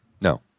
No